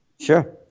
Sure